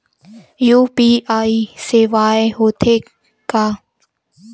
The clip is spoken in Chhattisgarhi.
यू.पी.आई सेवाएं हो थे का?